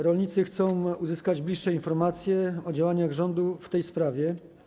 Rolnicy chcą uzyskać bliższe informacje o działaniach rządu w tej sprawie.